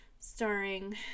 Starring